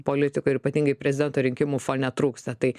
politikoj ir ypatingai prezidento rinkimų fone trūksta tai